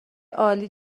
عالی